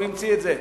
הוא המציא את זה: